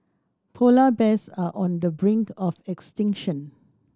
polar bears are on the brink of extinction